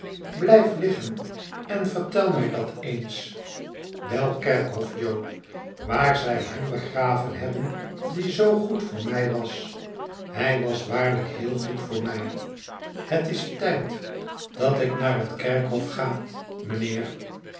blijf liggen en vertel mij dat eens welk kerkhof jo waar zij hem begraven hebben die zoo goed voor mij was hij was waarlijk heel goed voor mij het is tijd dat ik naar dat kerkhof ga mijnheer